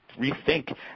rethink